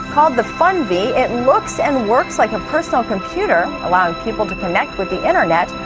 um the fun-vii, it looks and works like a personal computer, allowing people to connect with the internet,